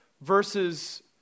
versus